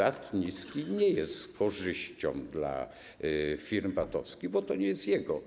VAT niski nie jest z korzyścią dla firm VAT-owskich, bo to nie jest jego.